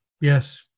Yes